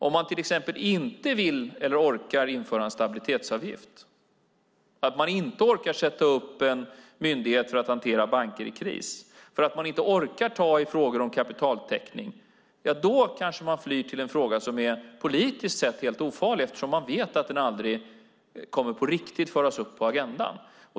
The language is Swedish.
Om man till exempel inte vill eller orkar införa en stabilitetsavgift, inte orkar sätta upp en myndighet för att hantera banker i kris och inte orkar ta i frågor om kapitaltäckning flyr man kanske till en fråga som politiskt är helt ofarlig eftersom man vet att den aldrig på riktigt kommer att föras upp på agendan.